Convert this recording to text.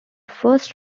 first